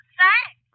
thanks